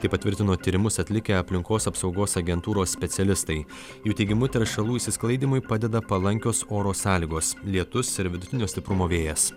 tai patvirtino tyrimus atlikę aplinkos apsaugos agentūros specialistai jų teigimu teršalų išsisklaidymui padeda palankios oro sąlygos lietus ir vidutinio stiprumo vėjas